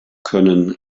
können